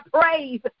praise